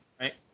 Right